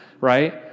right